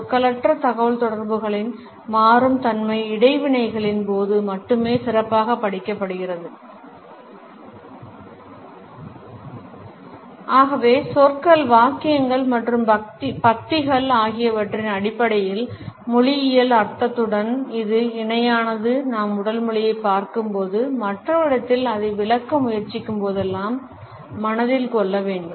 சொற்களற்ற தகவல்தொடர்புகளின் மாறும் தன்மை இடைவினைகளின் போது மட்டுமே சிறப்பாகப் படிக்கப்படுகிறது ஆகவே சொற்கள் வாக்கியங்கள் மற்றும் பத்திகள் ஆகியவற்றின் அடிப்படையில் மொழியியல் அர்த்தத்துடன் இந்த இணையானது நாம் உடல்மொழியைப் பார்க்கும்போதும் மற்றவர்களிடத்தில் அதை விளக்க முயற்சிக்கும் போதெல்லாம் மனதில் கொள்ள வேண்டும்